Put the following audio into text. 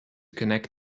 connect